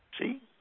See